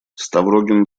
ставрогин